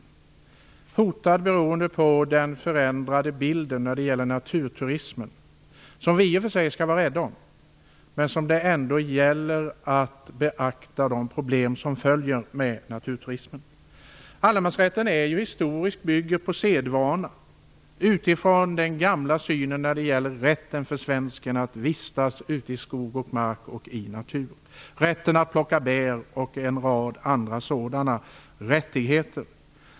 Den är hotad beroende på den förändrade bilden när det gäller naturturismen. I och för sig skall vi vara rädda om naturturismen, men det gäller att beakta de problem som följer med den. Allemansrätten bygger historiskt på sedvana och grundas på den gamla synen på rätten för svensken att vistas ute i skog och mark och i naturen, att plocka bär och en rad andra sådana saker.